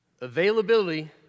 Availability